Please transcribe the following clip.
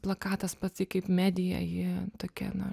plakatas pats kaip medija ji tokia na